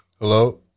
Hello